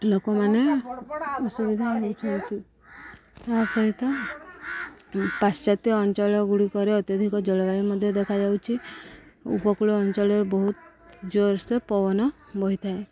ଲୋକମାନେ ଅସୁବିଧା ହେଛନ୍ତି ତା' ସହିତ ପାଶ୍ଚାତ୍ୟ ଅଞ୍ଚଳ ଗୁଡ଼ିକରେ ଅତ୍ୟଧିକ ଜଳବାୟୁ ମଧ୍ୟ ଦେଖାଯାଉଛିି ଉପକୂଳ ଅଞ୍ଚଳରେ ବହୁତ ଜୋର୍ସେ ପବନ ବୋହିଥାଏ